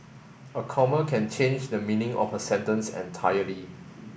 a comma can change the meaning of a sentence entirely